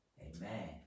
Amen